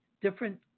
different